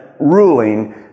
ruling